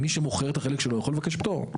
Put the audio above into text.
מי שמוכר את החלק שלו יכול לבקש פטור.